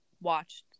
watched